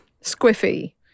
squiffy